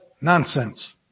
nonsense